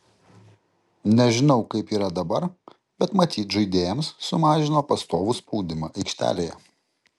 nežinau kaip yra dabar bet matyt žaidėjams sumažino pastovų spaudimą aikštelėje